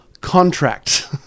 contract